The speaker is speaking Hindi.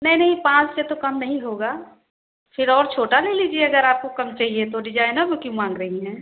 नहीं नहीं पाँच से तो कम नहीं होगा फिर और छोटा ले लीजिए अगर आपको कम चाहिए तो डिजाइनर में क्यों मांग रही हैं